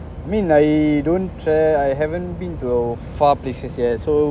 I mean I don't uh I haven't been to farplaces yet so